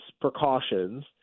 precautions